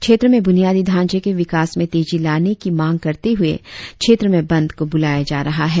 क्षेत्र में बुनियादी ढांचे के विकास में तेजी लाने को मांग करते हुए क्षेत्र में बंद बुलाया जा रहा है